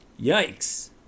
Yikes